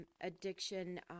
addiction